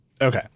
Okay